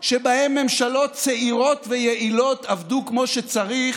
שבהן ממשלות צעירות ויעילות עבדו כמו שצריך,